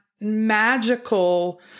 magical